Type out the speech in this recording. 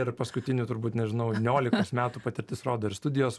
ir paskutinių turbūt nežinau niolikos metų patirtis rodo ir studijos